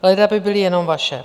Leda by byly jenom vaše.